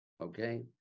okay